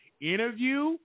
interview